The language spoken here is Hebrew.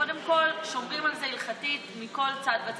קודם כול, שומרים על זה הלכתית מכל צד וצד.